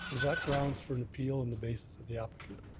is that grounds for an appeal on the basis of the applicant?